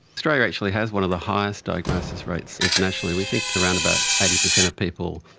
australia actually has one of the highest diagnosis rates internationally, we think around about eighty percent of people,